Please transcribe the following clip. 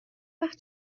وقت